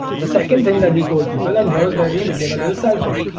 the second thing that we told people and here's where we became a little selfish.